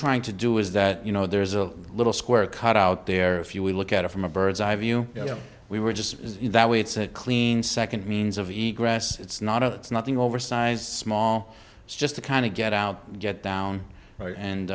trying to do is that you know there's a little square cut out there if you we look at it from a bird's eye view we were just that way it's a clean second means of eat grass it's not a that's nothing oversized small it's just a kind of get out get down and